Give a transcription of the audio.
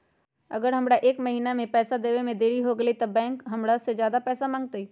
अगर हमरा से एक महीना के पैसा देवे में देरी होगलइ तब बैंक हमरा से ज्यादा पैसा मंगतइ?